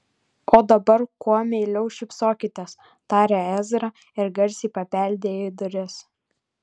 o dabar kuo meiliau šypsokitės tarė ezra ir garsiai pabeldė į duris